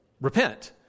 Repent